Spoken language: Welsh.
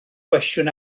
gwestiwn